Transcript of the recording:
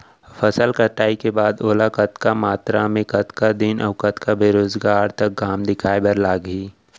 फसल कटाई के बाद ओला कतका मात्रा मे, कतका दिन अऊ कतका बेरोजगार तक घाम दिखाए बर लागही?